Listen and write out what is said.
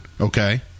Okay